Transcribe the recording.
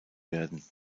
werden